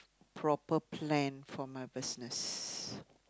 proper plan for my business